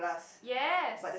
yes